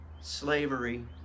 slavery